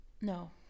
No